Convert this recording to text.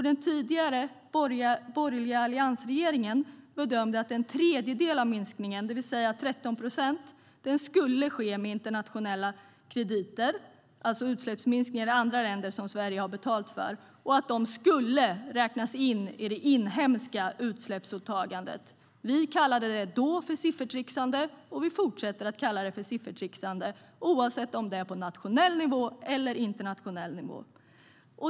Den tidigare borgerliga alliansregeringen bedömde att en tredjedel av minskningen, det vill säga 13 procent, skulle ske med internationella krediter, alltså utsläppsminskningar i andra länder som Sverige har betalat för, och att de skulle räknas in i det inhemska utsläppsåtagandet. Vi kallade det då för siffertrixande och fortsätter att kalla det för siffertrixande, oavsett om det är på nationell eller internationell nivå.